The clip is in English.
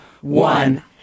one